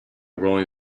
rolling